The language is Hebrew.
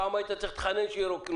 פעם היית צריך להתחנן שירוקנו.